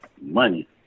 money